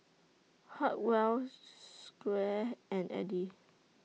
Hartwell Squire and Edie